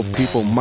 people